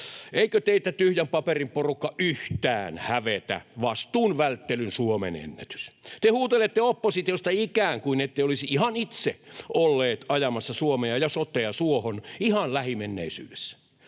Eikö teitä, tyhjän paperin porukka, yhtään hävetä vastuun välttelyn suomenennätys? Te huutelette oppositiosta ikään kuin ette olisi ihan itse olleet ajamassa Suomea ja sotea suohon ihan lähimenneisyydessä.